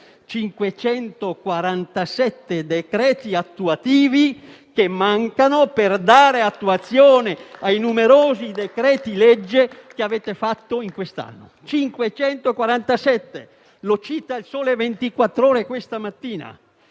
547 decreti attuativi che mancano per dare attuazione ai numerosi decreti-legge che avete emanato in quest'anno. Lo cita «Il Sole 24 Ore» questa mattina.